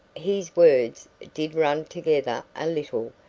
his words did run together a little,